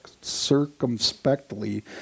circumspectly